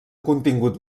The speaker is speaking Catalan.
contingut